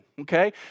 okay